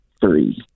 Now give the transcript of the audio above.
three